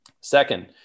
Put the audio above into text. Second